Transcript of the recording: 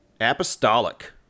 Apostolic